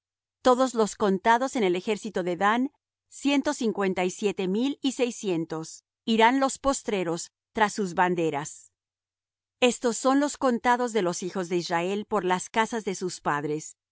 todos los contados en el ejército de dan ciento cincuenta y siete mil y seiscientos irán los postreros tras sus banderas estos son los contados de los hijos de israel por las casas de sus padres